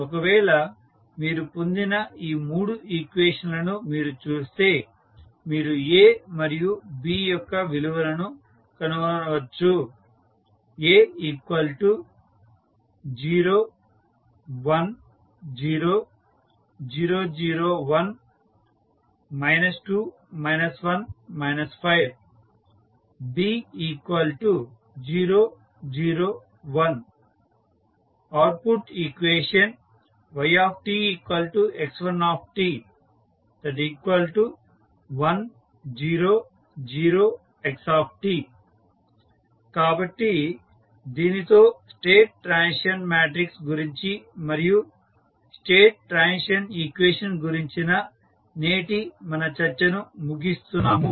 ఒకవేళ మీరు పొందిన ఈ మూడు ఈక్వేషన్ లను మీరు చూస్తే మీరు A మరియు B యొక్క విలువలను కనుగొనవచ్చు A0 1 0 0 0 1 2 1 5 B0 0 1 output equation ytx1t1 0 0 x కాబట్టి దీనితో స్టేట్ ట్రాన్సిషన్ మ్యాట్రిక్స్ గురించి మరియు స్టేట్ ట్రాన్సిషన్ ఈక్వేషన్ గురించిన నేటి మన చర్చను ముగిస్తున్నాము